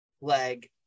leg